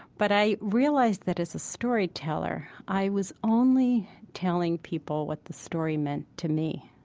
but i realized that, as a storyteller, i was only telling people what the story meant to me,